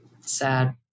Sad